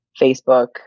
Facebook